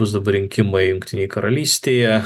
bus dabar rinkimai jungtinėj karalystėje